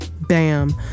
Bam